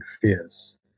fears